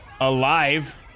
alive